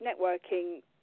networking